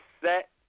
set